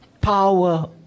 power